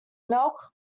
milk